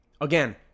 Again